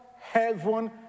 heaven